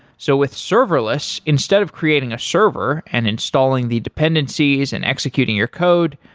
so with serverless, instead of creating a server and installing the dependencies and executing your code,